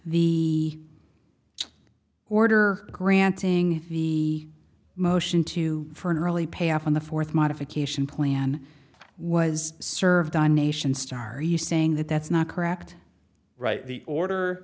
order granting he motion to for an early payoff on the fourth modification plan was served on nation star you saying that that's not correct right the order